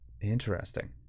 interesting